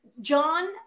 John